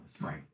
Right